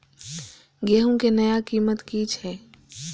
गेहूं के नया कीमत की छे?